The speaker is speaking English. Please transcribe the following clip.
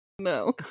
No